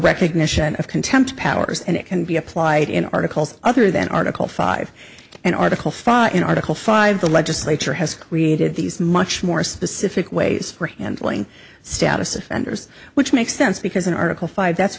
recognition of contempt powers and it can be applied in articles other than article five and article five in article five the legislature has created these much more specific ways for handling status offenders which makes sense because in article five that's